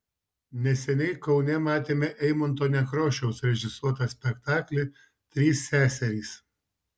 neseniai kaune matėme eimunto nekrošiaus režisuotą spektaklį trys seserys